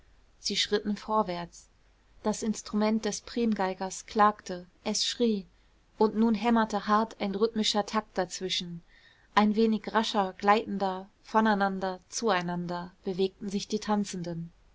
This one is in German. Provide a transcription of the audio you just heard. sie schritten vorwärts das instrument des primgeigers klagte es schrie und nun hämmerte hart ein rhythmischer takt dazwischen ein wenig rascher gleitender voneinander zueinander bewegten sich die tanzenden